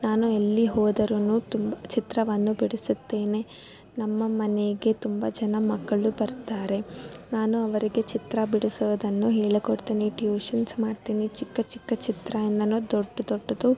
ನಾನು ಎಲ್ಲಿ ಹೋದರು ತುಂಬ ಚಿತ್ರವನ್ನು ಬಿಡಿಸುತ್ತೇನೆ ನಮ್ಮ ಮನೆಗೆ ತುಂಬ ಜನ ಮಕ್ಕಳು ಬರ್ತಾರೆ ನಾನು ಅವರಿಗೆ ಚಿತ್ರ ಬಿಡಿಸೋದನ್ನು ಹೇಳಿಕೊಡ್ತೀನಿ ಟ್ಯೂಷನ್ಸ್ ಮಾಡ್ತೀನಿ ಚಿಕ್ಕ ಚಿಕ್ಕ ಚಿತ್ರಯಿಂದ ದೊಡ್ಡ ದೊಡ್ಡದು